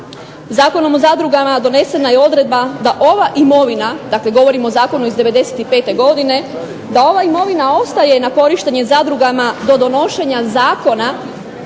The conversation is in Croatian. zakonom o zadrugama donesena je odredba da ova imovina, dakle govorim o zakonu iz '95. godine, da ova imovina ostaje na korištenje zadrugama do donošenja Zakona